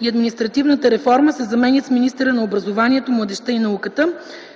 и административната реформа” се заменят с „министъра на образованието, младежта и науката”.